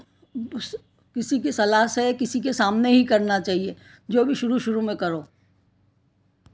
किसी की सलाह से किसी के सामने ही करना चाहिए जो भी शुरू शुरू में करो